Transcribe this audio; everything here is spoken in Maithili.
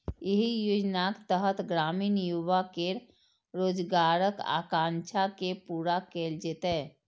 एहि योजनाक तहत ग्रामीण युवा केर रोजगारक आकांक्षा के पूरा कैल जेतै